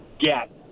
get